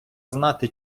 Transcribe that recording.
знати